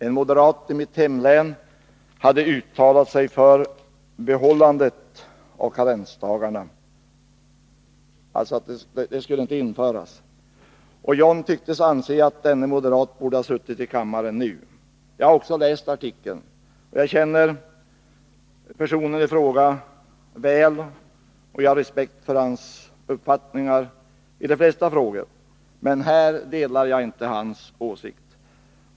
En moderat i mitt hemlän hade uttalat sig för att karensdagarna inte skulle införas, och John Andersson tycktes anse att denne moderat borde ha suttit i kammaren nu. Också jag har läst artikeln, och jag känner personen i fråga väl. Jag har respekt för hans uppfattningar i de flesta frågor, men på den här punkten delar jag inte hans åsikt.